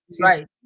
right